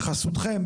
בחסותכם,